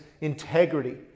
integrity